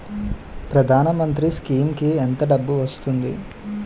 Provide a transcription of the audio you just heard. ప్రధాన మంత్రి స్కీమ్స్ కీ ఎంత డబ్బు వస్తుంది?